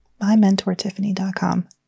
Mymentortiffany.com